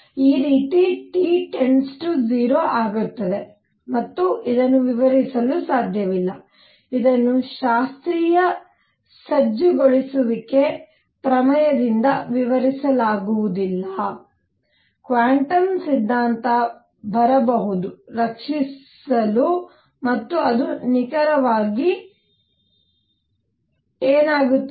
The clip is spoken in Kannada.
ಈ ರೀತಿ T 0ಆಗುತ್ತದೆ ಮತ್ತು ಇದನ್ನು ವಿವರಿಸಲು ಸಾಧ್ಯವಿಲ್ಲ ಇದನ್ನು ಶಾಸ್ತ್ರೀಯ ಸಜ್ಜುಗೊಳಿಸುವಿಕೆ ಪ್ರಮೇಯದಿಂದ ವಿವರಿಸಲಾಗುವುದಿಲ್ಲ ಕ್ವಾಂಟಮ್ ಸಿದ್ಧಾಂತ ಬರಬಹುದು ರಕ್ಷಿಸಲು ಮತ್ತು ಅದು ನಿಖರವಾಗಿ ಏನಾಗುತ್ತದೆ